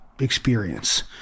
experience